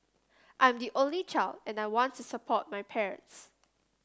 I'm the only child and I want to support my parents